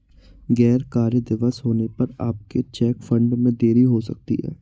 गैर कार्य दिवस होने पर आपके चेक फंड में देरी हो सकती है